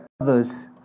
others